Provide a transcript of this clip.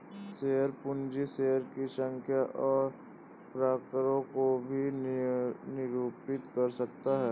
share पूंजी शेयरों की संख्या और प्रकारों को भी निरूपित कर सकती है